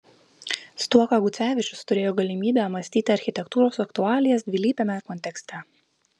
stuoka gucevičius turėjo galimybę mąstyti architektūros aktualijas dvilypiame kontekste